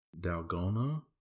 Dalgona